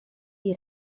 die